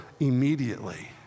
immediately